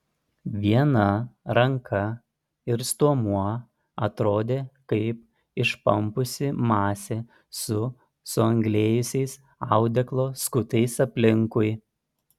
viena ranka ir stuomuo atrodė kaip išpampusi masė su suanglėjusiais audeklo skutais aplinkui